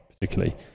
particularly